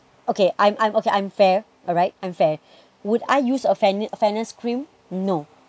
okay I'm I'm okay I'm fair alright I'm fair would I use a fairn~ fairness cream no